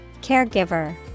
Caregiver